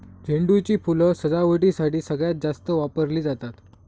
झेंडू ची फुलं सजावटीसाठी सगळ्यात जास्त वापरली जातात